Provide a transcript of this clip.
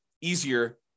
easier